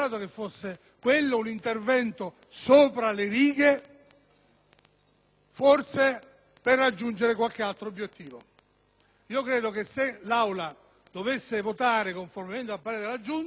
forse per raggiungere qualche altro obiettivo. Credo che se l'Aula dovesse votare conformemente al parere della Giunta, ferma restando l'assoluta buona fede e trasparenza